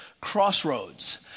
crossroads